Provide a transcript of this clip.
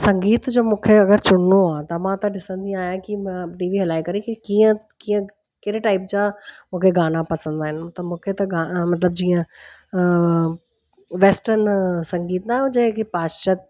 संगीत जो मूंखे अगरि चुनणो आहे त मां ॾिसंदी आहियां की म टीवी हलाए करे की कीअं कीअं कहिड़े टाइप जा मूंखे गाना पसंदि आहिनि त मूंखे गा मतिलबु जीअं वैस्टन संगीत ना जंहिंखे की पाशात